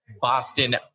Boston